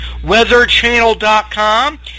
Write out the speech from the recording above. weatherchannel.com